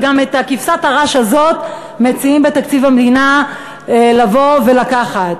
וגם את כבשת הרש הזאת מציעים בתקציב המדינה לבוא ולקחת.